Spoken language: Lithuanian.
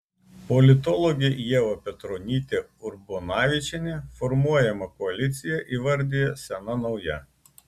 politologė ieva petronytė urbonavičienė formuojamą koaliciją įvardija sena nauja